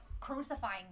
crucifying